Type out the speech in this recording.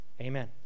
Amen